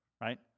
right